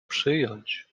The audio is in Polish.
przyjąć